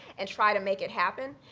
and try to make it happen.